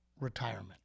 retirement